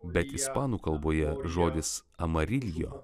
bet ispanų kalboje žodis amariljo